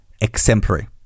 exemplary